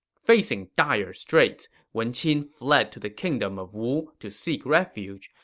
facing dire straits, wen qin fled to the kingdom of wu to seek refuge,